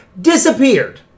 disappeared